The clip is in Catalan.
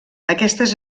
aquestes